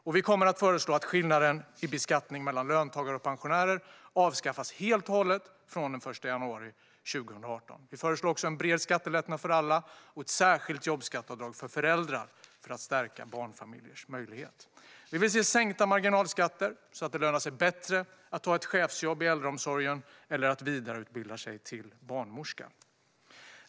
Vi kommer också att föreslå att skillnaden i beskattning mellan löntagare och pensionärer avskaffas helt och hållet från den 1 januari 2018. Vi föreslår en bred skattelättnad för alla och ett särskilt jobbskatteavdrag för föräldrar för att stärka barnfamiljers möjligheter. Vi vill se sänkta marginalskatter, så att det lönar sig bättre att ta ett chefsjobb inom äldreomsorgen eller att vidareutbilda sig till barnmorska.